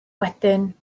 wedyn